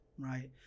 right